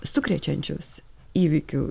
sukrečiančius įvykių